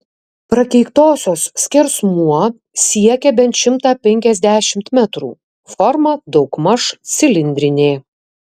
prakeiktosios skersmuo siekia bent šimtą penkiasdešimt metrų forma daugmaž cilindrinė